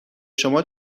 شما